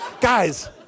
Guys